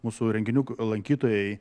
mūsų renginių lankytojai